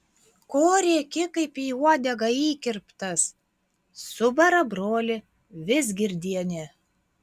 ko rėki kaip į uodegą įkirptas subara brolį vizgirdienė